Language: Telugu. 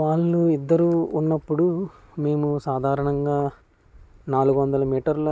వాళ్ళు ఇద్దరు ఉన్నప్పుడు మేము సాధారణంగా నాలుగు వందల మీటర్ల